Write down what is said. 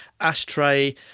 Ashtray